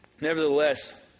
nevertheless